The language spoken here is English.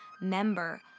member